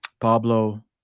Pablo